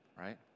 right